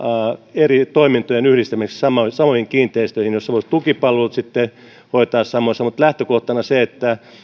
eri toimintojen yhdistämiseksi samoihin samoihin kiinteistöihin joissa voitaisiin tukipalvelut sitten hoitaa samoissa tiloissa mutta lähtökohtana olisi se että